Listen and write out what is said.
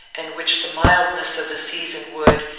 and which the mildness of the season would,